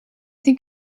think